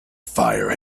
fire